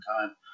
Time